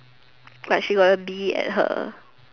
like she got a bee at her